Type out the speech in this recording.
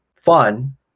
fun